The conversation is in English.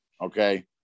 okay